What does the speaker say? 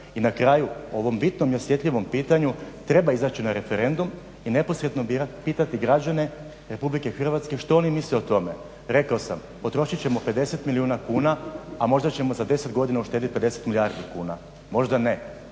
I na kraju o ovom bitnom i osjetljivom pitanju treba izaći na referendum i neposredno pitati građane Republike Hrvatske što oni misle o tome. Rekao sam, potrošit ćemo 50 milijuna kuna, a možda ćemo za 10 godina uštediti 50 milijardi kuna, možda ne.